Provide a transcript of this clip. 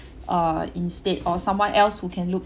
uh instead or someone else who can look